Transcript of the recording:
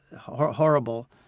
horrible